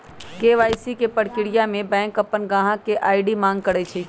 KYC के परक्रिया में बैंक अपन गाहक से आई.डी मांग करई छई